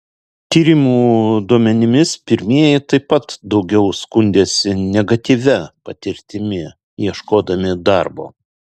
tyrimų duomenimis pirmieji taip pat daugiau skundėsi negatyvia patirtimi ieškodami darbo